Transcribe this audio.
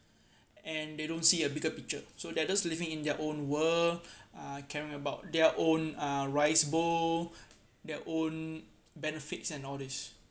and they don't see a bigger picture so they are just living in their own world uh caring about their own uh rice bowl their own benefits and all these